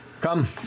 Come